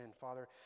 Father